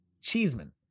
Cheeseman